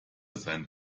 seinen